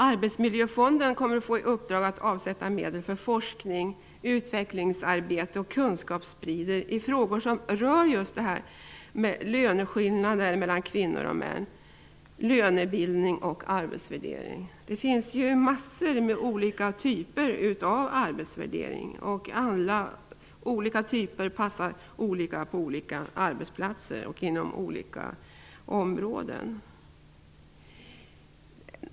Arbetsmiljöfonden kommer att få i uppdrag att avsätta medel för forskning, utvecklingsarbete och kunskapsspridning i frågor som rör just löneskillnader mellan kvinnor och män, lönebildning och arbetsvärdering. Det finns ju en mängd olika typer av arbetsvärdering. Olika typer passar olika på olika arbetsplatser och inom olika områden.